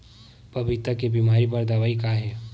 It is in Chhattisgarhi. पपीता के बीमारी बर दवाई का हे?